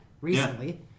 recently